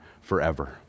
forever